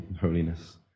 holiness